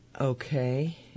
Okay